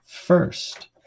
first